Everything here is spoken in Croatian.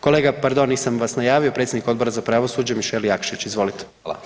Kolega pardon, nisam vas najavio, predsjednik Odbora za pravosuđe Mišel Jakšić, izvolite.